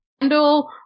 handle